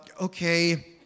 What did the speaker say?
okay